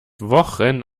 wochen